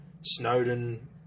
Snowden